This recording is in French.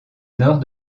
nord